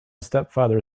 stepfather